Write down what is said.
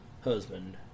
husband